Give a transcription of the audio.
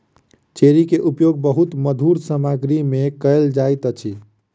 cherry के उपयोग बहुत मधुर सामग्री में कयल जाइत अछि